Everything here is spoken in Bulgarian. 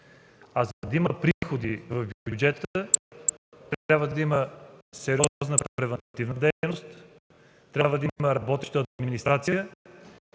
За да има приходи в бюджета, трябва да има сериозна превантивна дейност, трябва да има работеща администрация